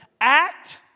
Act